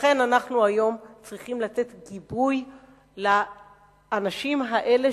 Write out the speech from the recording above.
ולכן היום אנחנו צריכים לתת גיבוי לאנשים האלה,